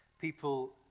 people